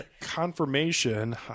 confirmation